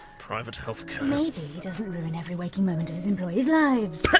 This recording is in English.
private healthcare? maybe he doesn't ruin every waking moment of his employee's lives. puh!